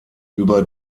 über